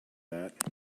that